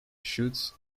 shoots